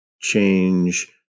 change